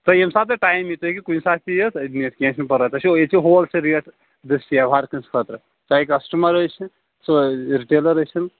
تۄہہِ ییٚمہِ ساتہٕ تۄہہِ ٹایم یِیہِ تُہۍ ہیٚکِو کُنہِ ساتہِ تہِ یِتھ أسۍ نِتھ کیٚنٛہہ چھُنہٕ پرواے تۅہہِ چھُ ییٚتہِ چھُ ہول سیل ریٹ دٔستیاب ہر کأنٛسہِ خأطرٕ چاہے کسٹمر ٲسِن سُہ رِٹیلر ٲسِن